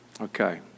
Okay